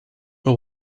know